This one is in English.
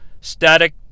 static